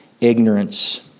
ignorance